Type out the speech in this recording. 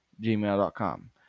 gmail.com